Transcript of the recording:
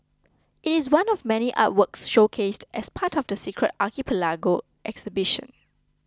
it is one of many artworks showcased as part of the Secret Archipelago exhibition